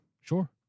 Sure